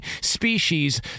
species